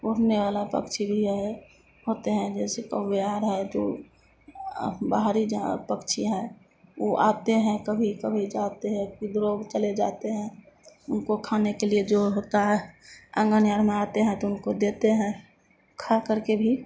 उड़ने वाला पक्षी भी है होते हैं जैसे कौए आ रहे तो बाहरी जहाँ पक्षी है ऊ आते हैं कभी कभी जाते हैं किधर भी चले जाते हैं उनको खाने के लिए जो होता है आँगन यार में आते हैं तो उनको देते हैं खाकर के भी